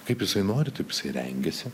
kaip jisai nori taip jisai rengiasi